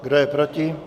Kdo je proti?